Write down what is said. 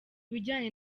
bijyanye